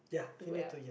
do well